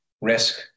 risk